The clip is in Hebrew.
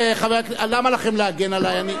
למה לכם להגן עלי?